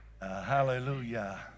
hallelujah